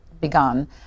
begun